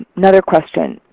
another question